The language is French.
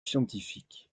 scientifique